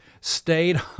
Stayed